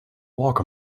walk